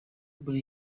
muri